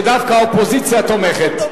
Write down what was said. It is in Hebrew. שדווקא האופוזיציה תומכת.